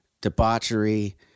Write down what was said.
debauchery